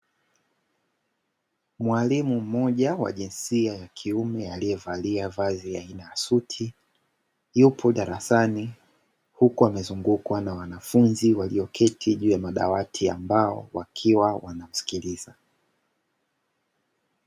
Mwalimu mmoja wa jinsia ya kiume aliyevalia vazi aina ya suti, yupo darasani, huku amezungukwa na wanafunzi walioketi juu ya madawati, ambao wakiwa wanamsikiliza